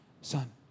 son